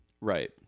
right